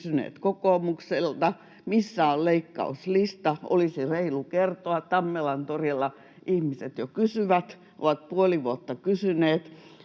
kysyneet kokoomukselta, missä on leikkauslista. Olisi reilua kertoa. Tammelantorilla ihmiset jo kysyvät, ovat puoli vuotta kysyneet,